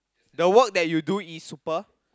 the work that you do is super